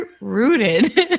rooted